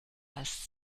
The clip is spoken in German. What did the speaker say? als